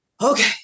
okay